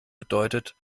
bedeutet